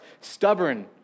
Stubborn